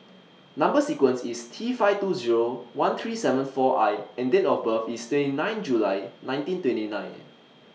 Number sequence IS T five two Zero one three seven four I and Date of birth IS twenty nine July nineteen twenty nine